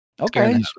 Okay